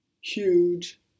huge